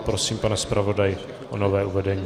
Prosím, pane zpravodaji, o nové uvedení.